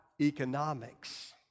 economics